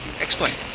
Explain